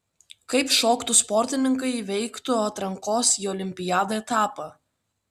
kaip škotų sportininkai įveiktų atrankos į olimpiadą etapą